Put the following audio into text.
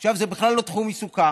עכשיו, זה בכלל לא תחום עיסוקה,